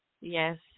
Yes